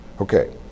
okay